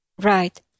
Right